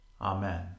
Amen